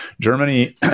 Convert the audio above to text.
germany